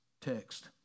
text